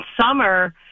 summer